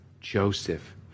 Joseph